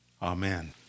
Amen